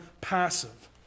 passive